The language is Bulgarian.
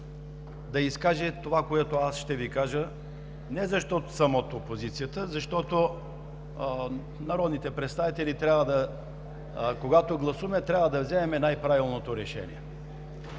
да изкаже това, което аз ще Ви кажа – не, защото съм от опозицията, а защото народните представители, когато гласуваме, трябва да вземем най-правилното решение.